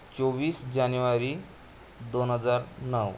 चोवीस जानेवारी दोन हजार नऊ